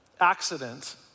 accident